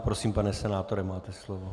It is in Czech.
Prosím, pane senátore, máte slovo.